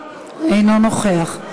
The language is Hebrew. אינו נוכח,